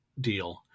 deal